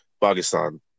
Pakistan